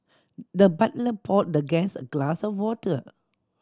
the butler poured the guest a glass of water